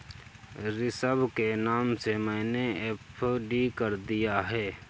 ऋषभ के नाम से मैने एफ.डी कर दिया है